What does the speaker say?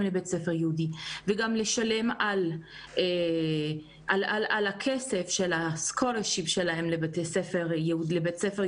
לבית ספר יהודי וגם לשלם את הכסף לדמי החינוך שלהם לבית ספר יהודי,